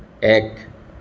এক